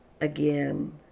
again